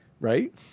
right